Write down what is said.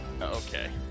okay